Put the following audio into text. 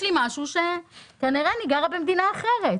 לי משהו שכנראה אני גרה במדינה אחרת.